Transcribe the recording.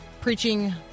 preaching